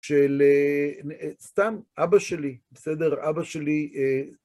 של סתם אבא שלי, בסדר, אבא שלי...